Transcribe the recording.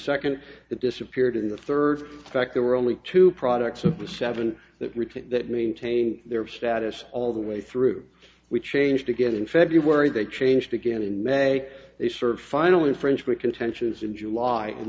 second that disappeared in the third effect there were only two products of the seven that retained that maintain their status all the way through we changed to get in february they changed again in may they serve final infringement contentious in july and